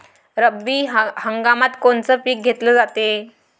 रब्बी हंगामात कोनचं पिक घेतलं जाते?